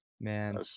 Man